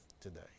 today